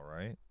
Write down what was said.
right